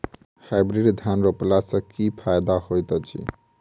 Hybrid धान रोपला सँ की फायदा होइत अछि?